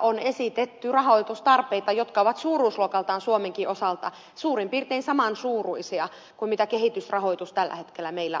on esitetty rahoitustarpeita jotka ovat suuruusluokaltaan suomenkin osalta suurin piirtein saman suuruisia kuin kehitysrahoitus tällä hetkellä meillä on